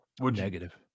Negative